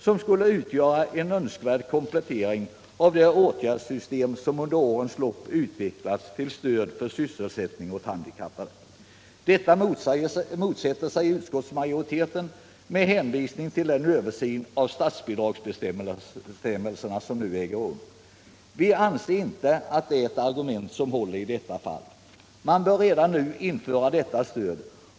Det skulle utgöra en önskvärd komplettering av det åtgärdssystem som under årens lopp utvecklats till stöd för sysselsättning åt handikappade. Detta motsätter sig utskottsmajoriteten med hänvisning till den översyn av statsbidragsbestämmelserna som nu äger rum. Vi anser att det är ett argument som inte håller i detta fall. Man bör redan nu införa detta stöd.